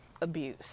Abuse